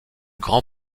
grand